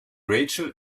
rachael